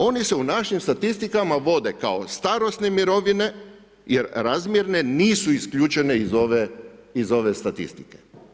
Oni se u našim statistikama vode kao starosne mirovine jer razmjerne nisu isključene iz ove statistike.